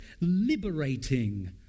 liberating